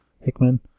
hickman